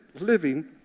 living